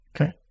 Okay